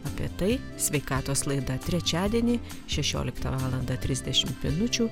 apie tai sveikatos laida trečiadienį šešioliktą valandą trisdešimt minučių